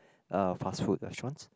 uh fast food restaurants